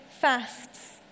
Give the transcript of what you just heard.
fasts